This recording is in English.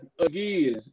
again